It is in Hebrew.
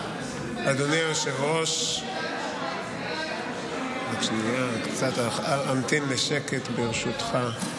אדוני היושב-ראש, קצת, אמתין לשקט ברשותך.